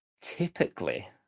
Typically